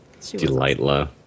delightla